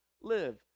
live